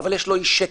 אבל יש לו אי שקט.